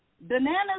Bananas